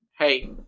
Hey